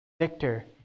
victor